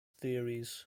theories